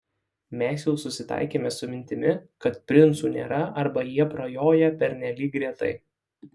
mes jau susitaikėme su mintimi kad princų nėra arba jie prajoja pernelyg retai